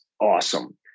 awesome